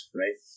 right